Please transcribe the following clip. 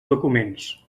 documents